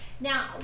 Now